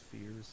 fears